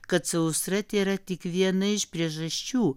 kad sausra tėra tik viena iš priežasčių